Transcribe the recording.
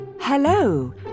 Hello